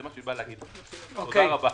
תודה.